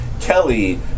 Kelly